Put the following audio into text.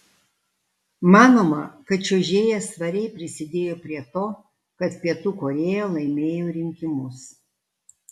manoma kad čiuožėja svariai prisidėjo prie to kad pietų korėja laimėjo rinkimus